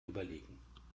überlegen